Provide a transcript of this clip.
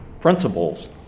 principles